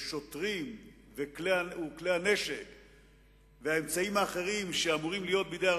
תודה, ואנחנו עוברים הלאה.